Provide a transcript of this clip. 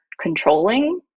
controlling